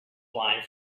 blind